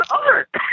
art